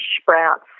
sprouts